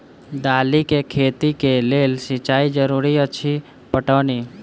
दालि केँ खेती केँ लेल सिंचाई जरूरी अछि पटौनी?